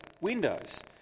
windows